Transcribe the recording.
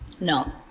no